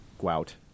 gout